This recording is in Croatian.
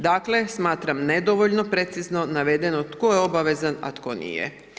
Dakle smatram nedovoljno precizno navedeno tko je obavezan a tko nije.